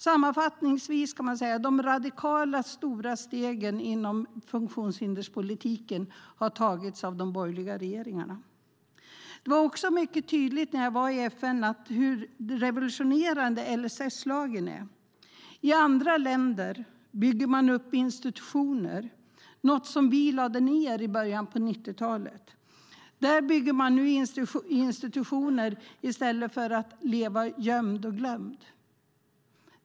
Sammanfattningsvis kan man säga att de radikala, stora stegen inom funktionshinderspolitiken har tagits av de borgerliga regeringarna. Det var också mycket tydligt när jag var i FN hur revolutionerande lagen om stöd och service är. I andra länder bygger man upp institutioner, något som vi lade ned i början av 90-talet. Där bygger man nu institutioner i stället för att de här människorna ska leva gömda och glömda.